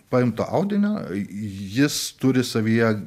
paimto audinio jis turi savyje